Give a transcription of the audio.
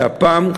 שהפעם,